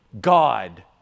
God